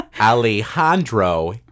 Alejandro